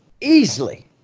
easily